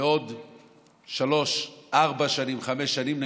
בעוד שלוש, ארבע או חמש שנים?